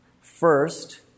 First